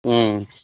ও